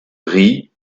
riz